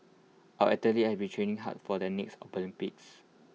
our athletes have been training hard for the next Olympics